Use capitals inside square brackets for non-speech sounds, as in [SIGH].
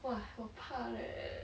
!wah! [BREATH] 我怕 leh